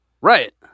right